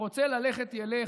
הרוצה ללכת, ילך,